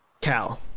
Cal